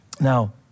Now